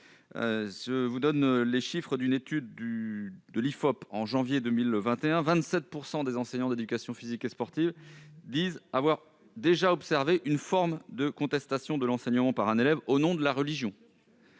Selon les chiffres d'une étude de l'IFOP, en janvier 2021, 27 % des enseignants d'éducation physique et sportive disent avoir déjà observé une forme de contestation de l'enseignement par un élève au nom de la religion.